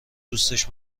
دوستش